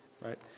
right